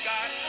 God